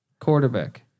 quarterback